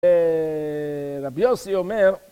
אהה רבי יוסי אומר